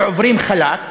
שעוברים חלק,